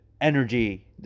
energy